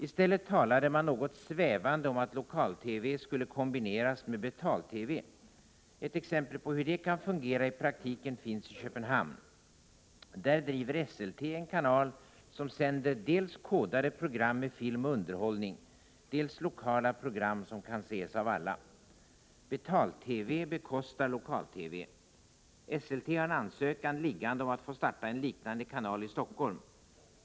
I stället talade man något svävande om att lokal-TV skulle kombineras med betal-TV. Ett exempel på hur det kan fungera i praktiken finns i Köpenhamn. Där driver Esselte en kanal som sänder dels kodade program med film och underhållning, dels lokala program som kan ses av alla. Betal-TV bekostar lokal-TV. Esselte har en ansökan liggande om att få starta en liknande kanal i Stockholm.